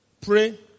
Pray